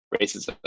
racism